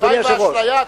אדוני היושב-ראש,